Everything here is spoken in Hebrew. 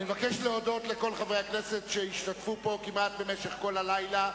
אני מבקש להודות לכל חברי הכנסת שהשתתפו פה כמעט במשך כל הלילה,